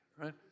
right